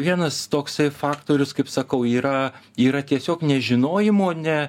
vienas toksai faktorius kaip sakau yra yra tiesiog nežinojimo ne